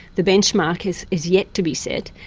the benchmark is is yet to be set.